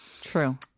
true